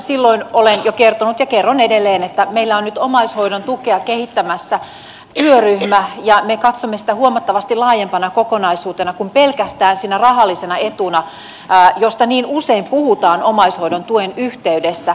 silloin olen jo kertonut ja kerron edelleen että meillä on nyt omaishoidon tukea kehittämässä työryhmä ja me katsomme sitä huomattavasti laajempana kokonaisuutena kuin pelkästään sinä rahallisena etuna josta niin usein puhutaan omaishoidon tuen yhteydessä